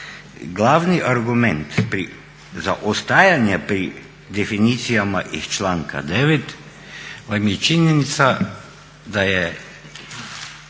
glavni argument za ostajanje pri definicijama iz članka 9. vam je činjenica da je